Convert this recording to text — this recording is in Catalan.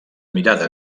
mirada